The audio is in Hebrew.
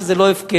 שזה לא הפקר.